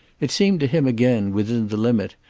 it seemed to him again, within the limit,